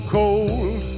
cold